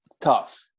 tough